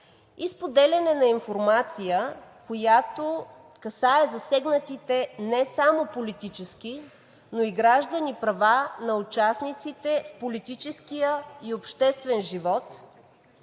споделяне на информация, касаеща засегнатите не само политически, но и граждански права на участниците в политическия и обществен живот.